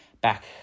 back